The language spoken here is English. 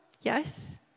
Yes